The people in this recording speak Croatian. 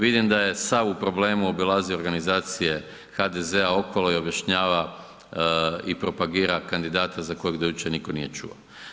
Vidim da je sav u problemu obilazi organizacije HDZ-a okolo i objašnjava i propagira kandidata za kojeg do jučer nitko nije čuo.